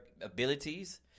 abilities